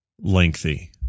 lengthy